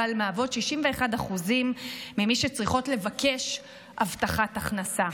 אבל מהוות 61% ממי שצריכות לבקש הבטחת הכנסה.